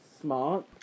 smart